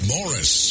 Morris